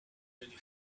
really